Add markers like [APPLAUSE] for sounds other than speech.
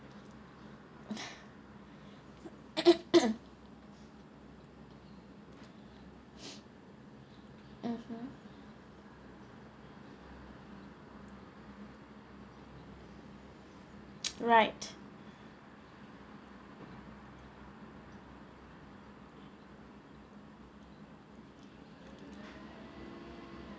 [LAUGHS] [COUGHS] [BREATH] mmhmm right